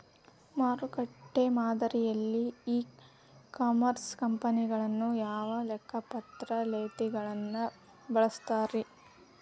ಮಾರುಕಟ್ಟೆ ಮಾದರಿಯಲ್ಲಿ e commerce ಕಂಪನಿಗಳು ಯಾವ ಲೆಕ್ಕಪತ್ರ ನೇತಿಗಳನ್ನ ಬಳಸುತ್ತಾರಿ?